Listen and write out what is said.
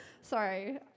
Sorry